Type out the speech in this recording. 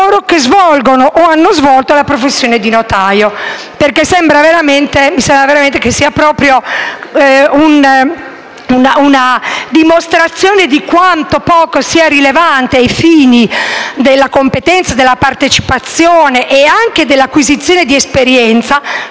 coloro che svolgono o hanno svolto la professione di notaio, perché mi sembra veramente una dimostrazione di quanto poco sia rilevante ai fini della competenza, della partecipazione e anche dell'acquisizione di esperienza.